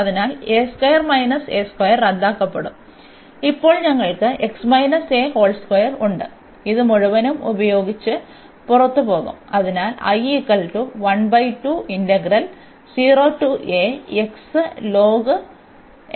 അതിനാൽ റദ്ദാക്കപ്പെടും അപ്പോൾ ഞങ്ങൾക്ക് ഉണ്ട് ഇത് മുഴുവനും ഇതുപയോഗിച്ച് പുറത്തുപോകും